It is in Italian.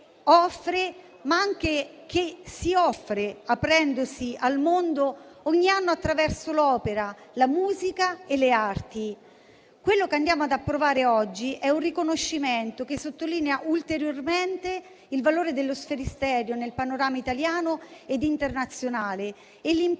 ma anche che si offre, aprendosi al mondo ogni anno attraverso l'opera, la musica e le arti. Ciò che ci apprestiamo ad approvare oggi è un riconoscimento che sottolinea ulteriormente il valore dello Sferisterio nel panorama italiano e internazionale e l'importanza